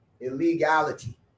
illegality